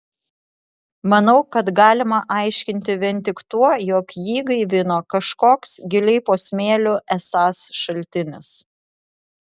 manau kad galima aiškinti vien tik tuo jog jį gaivino kažkoks giliai po smėliu esąs šaltinis